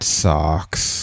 sucks